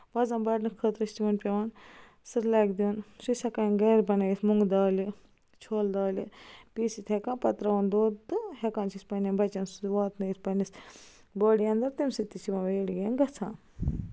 وَزن بڑنہٕ خٲطرٕ چھُ تِمن پیٚوان سرلیک دیُن سُہ چھِ أسۍ ہٮ۪کان گَرِٕ بنٲیِتھ مۄنٛگہٕ دالہِ چھۄلہٕ دالہِ پیسِتھ ہٮ۪کان پتہٕ تَراون دۄد تہٕ ہٮ۪کان چھِ أسی پنٛنٮ۪ن بَچن سُہ واتنٲیِتھ پننِس باڈی انٛدر تمہِ سۭتۍ تہِ چھُ یمن ویٹ گین گَژھان